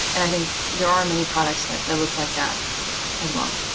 and i think there are many products that that look like that as wel